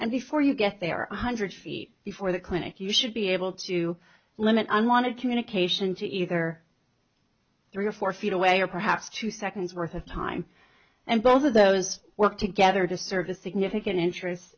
and before you get there one hundred feet before the clinic you should be able to limit unwanted communication to either three or four feet away or perhaps two seconds worth of time and both of those work together to serve a significant interest